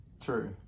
True